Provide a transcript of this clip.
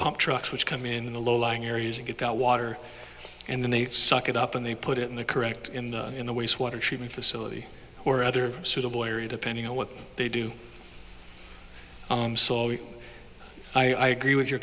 trucks which come in the low lying areas and got water and then they suck it up and they put it in the correct in the in the waste water treatment facility or other suitable area depending on what they do i agree with your